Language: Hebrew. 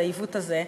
את העיוות הזה,